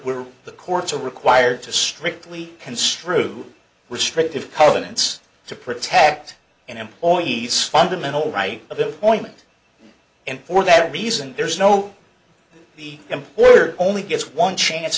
the courts are required to strictly construe restrictive covenants to protect an employee's fundamental right of employment and for that reason there's no the importer only gets one chance